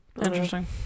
Interesting